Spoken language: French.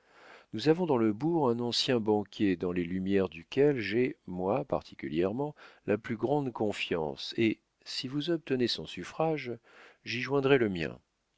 nous avons dans le bourg un ancien banquier dans les lumières duquel j'ai moi particulièrement la plus grande confiance et si vous obtenez son suffrage j'y joindrai le mien